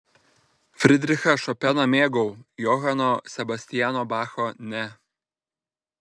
fridrichą šopeną mėgau johano sebastiano bacho ne